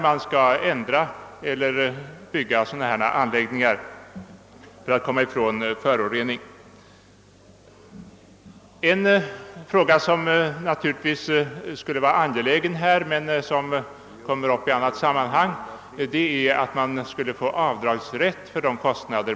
En fråga, som i detta sammanhang är viktig men som kommer att behandlas vid ett annat tillfälle, är frågan om avdragsrätt för dessa kostnader.